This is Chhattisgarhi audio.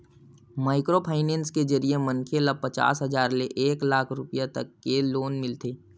माइक्रो फाइनेंस के जरिए मनखे ल पचास हजार ले एक लाख रूपिया तक के लोन मिलथे